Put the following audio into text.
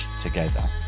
together